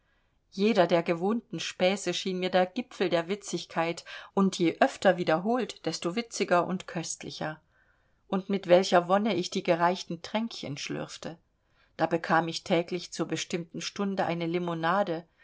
jeder der gewohnten späße schien mir der gipfel der witzigkeit und je öfter wiederholt desto witziger und köstlicher und mit welcher wonne ich die gereichten tränkchen schlürfte da bekam ich täglich zur bestimmten stunde eine limonade